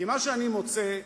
כי מה שאני מוצא,